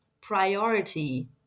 priority